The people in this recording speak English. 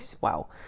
wow